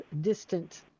distant